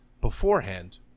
beforehand